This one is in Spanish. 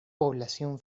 población